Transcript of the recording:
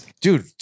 Dude